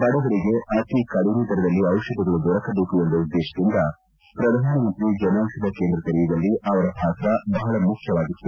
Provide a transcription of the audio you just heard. ಬಡವರಿಗೆ ಅತಿ ಕಡಿಮೆ ದರದಲ್ಲಿ ದಿಷಧಗಳು ದೊರಕಬೇಕು ಎಂಬ ಉದ್ದೇಶದಿಂದ ಪ್ರಧಾನಮಂತ್ರಿ ಜನೌಷಧಿ ಕೇಂದ್ರ ತೆರೆಯುವಲ್ಲಿ ಅವರ ಪಾತ್ರ ಬಹಳ ಮುಖ್ಡವಾಗಿತ್ತು